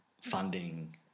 funding